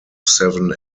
seven